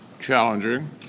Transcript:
challenging